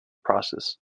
process